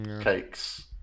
cakes